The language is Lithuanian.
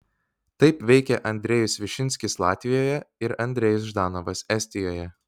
taip veikė andrejus višinskis latvijoje ir andrejus ždanovas estijoje